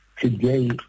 today